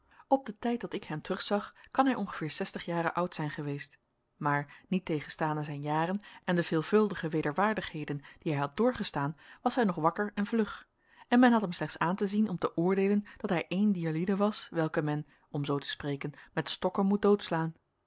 op den tijd dat ik hem terugzag kan hij ongeveer zestig jaren oud zijn geweest maar niet tegenstaande zijn jaren en de veelvuldige wederwaardigheden die hij had doorgestaan was hij nog wakker en vlug en men had hem slechts aan te zien om te oordeelen dat hij een dier lieden was welke men om zoo te spreken met stokken moet doodslaan